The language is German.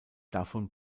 davon